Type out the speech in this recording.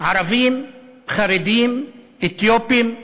ערבים, חרדים, אתיופים.